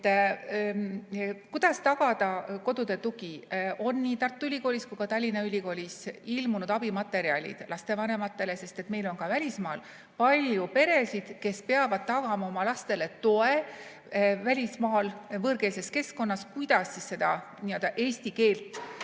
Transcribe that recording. Kuidas tagada kodude tugi? Nii Tartu Ülikoolis kui ka Tallinna Ülikoolis on ilmunud abimaterjalid lastevanematele, sest meil on ka välismaal palju peresid, kes peavad tagama oma lastele toe välismaal võõrkeelses keskkonnas, kuidas eesti keelt